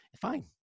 fine